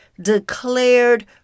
declared